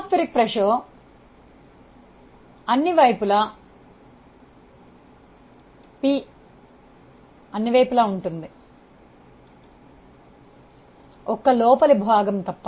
వాతావరణం పీడనం p అన్ని వైపులా ఒక్క లోపలి భాగం తప్ప